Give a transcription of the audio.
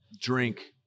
drink